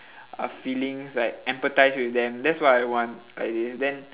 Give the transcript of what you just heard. uh feelings like empathise with them that's what I want like this then